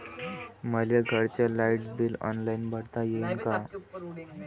मले घरचं light bill online भरता येईन का?